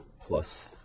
plus